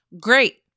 Great